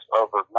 over